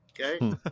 Okay